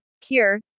cure